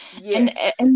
Yes